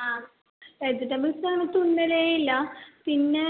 ആ വെജിറ്റബിൾസ് അങ്ങന തിന്നലേ ഇല്ല പിന്നെ